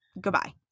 goodbye